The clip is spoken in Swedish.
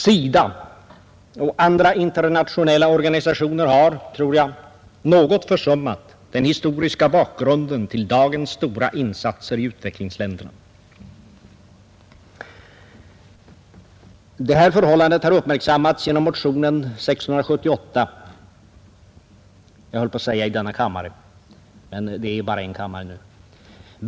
SIDA och andra internationella organisationer har, tror jag, något försummat den historiska bakgrunden till dagens stora insatser i utvecklingsländerna. Det här förhållandet har uppmärksammats genom motionen 678.